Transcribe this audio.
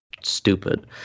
stupid